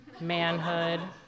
manhood